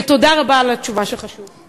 ותודה רבה על התשובה שלך, שוב.